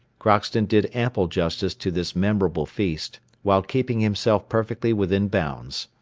crockston did ample justice to this memorable feast, while keeping himself perfectly within bounds.